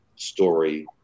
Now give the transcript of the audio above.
story